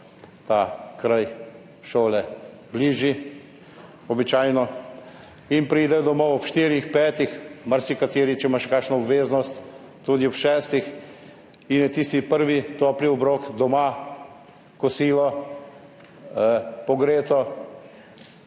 ta kraj šole običajno bližji, in pridejo domov ob štirih, petih, marsikateri, če ima kakšno obveznost, tudi ob šestih in je tisti prvi topli obrok doma kosilo, pogreto,